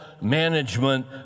management